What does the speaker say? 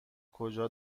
کجا